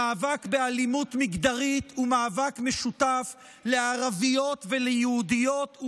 המאבק באלימות מגדרית הוא מאבק משותף לערביות וליהודיות,